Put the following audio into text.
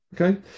Okay